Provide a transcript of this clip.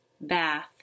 BATH